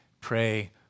pray